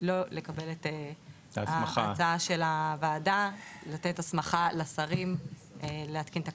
ולא לקבל את ההצעה של הוועדה לתת הסמכה לשרים להתקין תקנות.